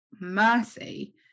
mercy